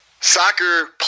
Soccer